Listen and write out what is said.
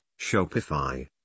Shopify